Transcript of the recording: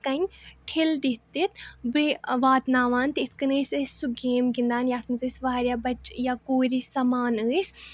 کَنہِ ٹھِل دِتھ دِتھ بیٚیہِ واتناوان تہٕ یِتھٕ کٔنۍ ٲسۍ أسۍ سُہ گیم گِنٛدان یَتھ منٛز أسۍ واریاہ بَچہِ یا کورِ سَمان ٲسۍ